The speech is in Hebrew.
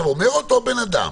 אומר אותו אדם